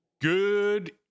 Good